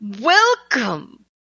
welcome